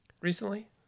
recently